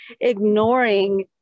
ignoring